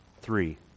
Three